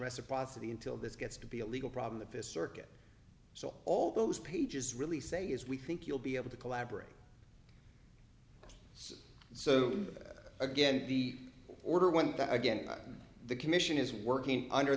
reciprocity until this gets to be a legal problem that this circuit so all those pages really say is we think you'll be able to collaborate so again the order went out again the commission is working under